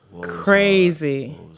crazy